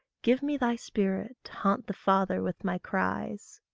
give me thy spirit to haunt the father with my cries.